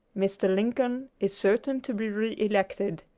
mr. lincoln is certain to be re-elected.